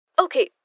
Okay